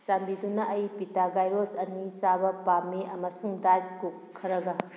ꯆꯥꯟꯕꯤꯗꯨꯅ ꯑꯩ pita gyros ꯑꯅꯤ ꯆꯥꯕ ꯄꯥꯝꯃꯤ ꯑꯃꯁꯨꯡ ꯗꯥꯏꯠ ꯀꯨꯛ ꯈꯔꯒ